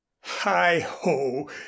Hi-ho